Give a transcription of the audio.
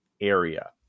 area